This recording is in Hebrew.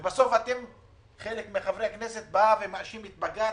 ובסוף, חלק מחברי הכנסת בא ומאשים את בג"ץ.